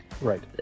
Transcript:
Right